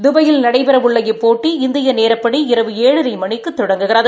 தபாயில் நடைபெறவுள்ள இப்போட்டி இந்திய நேரப்படி இரவு ஏழரை மணிக்கு தொடங்குகிறது